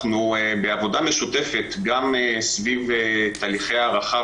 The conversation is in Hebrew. בעבודה משותפות גם סביב תהליכי הערכה